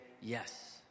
yes